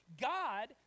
God